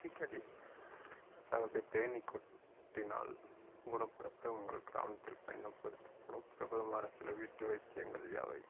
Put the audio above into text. பூச்சிக்கடி அதாவது தேனீ கொட்டினால் குணப்படுத்த உங்கள் கிராமத்தில் பயன்படுத்தப்படும் பிரபலமான சில வீட்டு வைத்தியங்கள் யாவை